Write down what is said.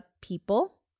people